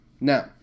Now